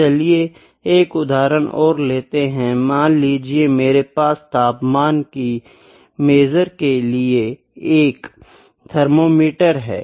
चलिए एक उदाहरण और लेते है मान लीजिये की मेरे पास तापमान को मेज़र के लिए एक थर्मामीटर है